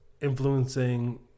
influencing